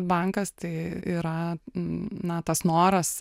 bankas tai yra na tas noras